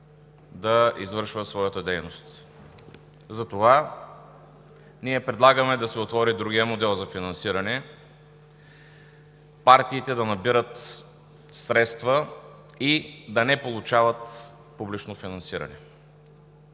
да извършва своята дейност. Затова ние предлагаме да се отвори другият модел за финансиране – партиите да набират средства и да не получават публично финансиране.